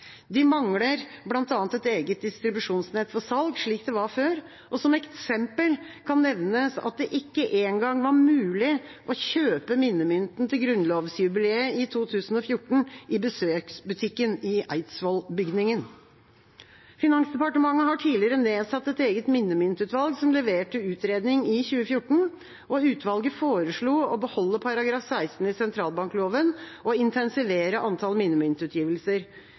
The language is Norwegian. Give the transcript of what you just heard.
De mangler bl.a. et eget distribusjonsnett for salg, slik det var før. Som eksempel kan nevnes at det ikke engang var mulig å kjøpe minnemynten til grunnlovsjubileet i 2014 i besøksbutikken i Eidsvollsbygningen. Finansdepartementet har tidligere nedsatt et eget minnemyntutvalg, som leverte sin utredning i 2014. Utvalget foreslo å beholde § 16 i sentralbankloven og intensivere antall